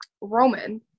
Roman